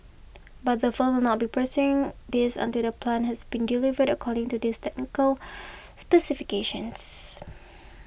but the firm will not be pursuing this until the plant has been delivered according to this technical specifications